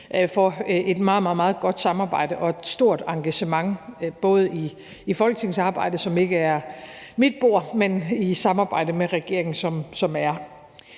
meget, meget godt samarbejde og et stort engagement, både i Folketingets arbejde, som ikke er mit bord, men i forhold til det samarbejde med regeringen, der er.